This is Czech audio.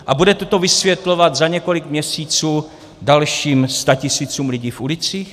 A budete to vysvětlovat za několik měsíců dalším statisícům lidí v ulicích?